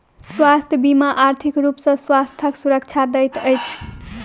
स्वास्थ्य बीमा आर्थिक रूप सॅ स्वास्थ्यक सुरक्षा दैत अछि